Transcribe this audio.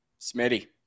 Smitty